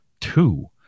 two